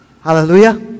Hallelujah